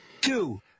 Two